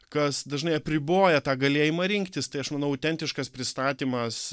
kas dažnai apriboja tą galėjimą rinktis tai aš manau autentiškas pristatymas